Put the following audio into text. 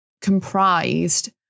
comprised